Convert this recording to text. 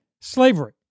slavery